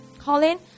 Colin